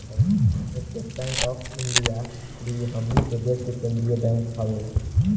estate bank of India भी हमनी के देश के केंद्रीय बैंक हवे